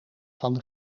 van